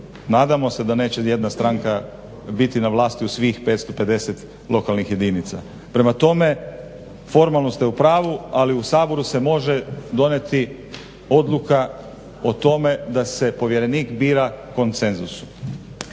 nadamo se da neće jedna stranka biti na vlasti u svih 550 lokalnih jedinica. Prema tome formalno ste u pravu ali u Saboru se može donijeti odluka o tome da se povjerenik bira konsenzusom.